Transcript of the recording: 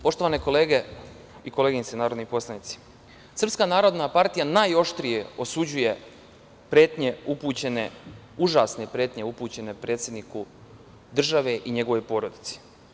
Poštovane kolege i koleginice narodni poslanici, Srpska narodna partija najoštrije osuđuje užasne pretnje upućene predsedniku države i njegovoj porodici.